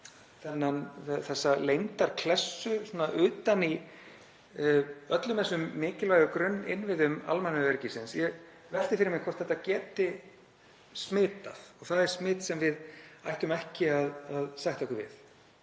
vera með þessa leyndarklessu utan í öllum þessum mikilvægu grunninnviðum almannaöryggisins — ég velti fyrir mér hvort það geti smitað. Það er smit sem við ættum ekki að sætta okkur við.